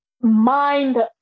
mind